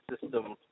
system